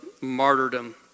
martyrdom